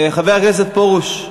חבר הכנסת פרוש,